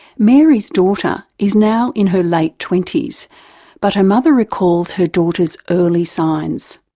mary's daughter is now in her late twenty s but her mother recalls her daughter's early signs.